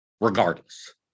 regardless